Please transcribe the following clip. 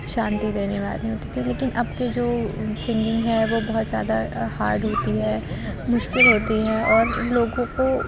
شانتی دینے والی ہوتی تھیں لیکن اب کے جو سنگنگ ہے وہ بہت زیادہ ہارڈ ہوتی ہے مشکل ہوتی ہے اور لوگوں کو